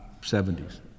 70s